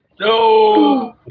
No